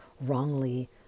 wrongly